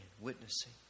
witnessing